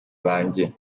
banjye